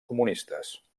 comunistes